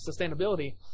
sustainability